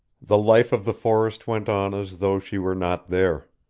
the life of the forest went on as though she were not there.